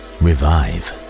revive